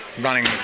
running